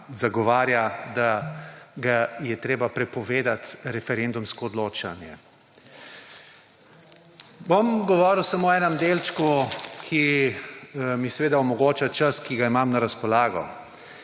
zagovarja, da je treba prepovedati referendumsko odločanje. Bom govoril samo o enem delčku, kar mi omogoča čas, ki ga imam na razpolago.